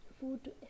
food